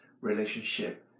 relationship